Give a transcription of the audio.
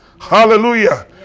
Hallelujah